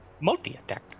Multi-attack